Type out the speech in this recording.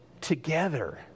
together